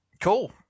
cool